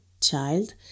child